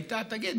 הייתה: תגיד,